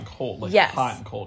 yes